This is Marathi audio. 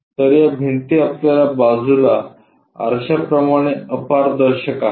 तर या भिंती आपल्या बाजूला आरशाप्रमाणे अपारदर्शक आहेत